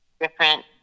different